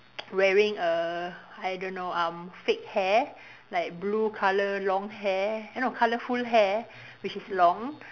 wearing a I don't know um fake hair like blue colour long hair eh no colourful hair which is long